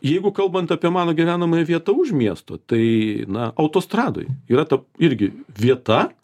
jeigu kalbant apie mano gyvenamąją vietą už miesto tai na autostradoj yra ta irgi vieta